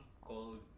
called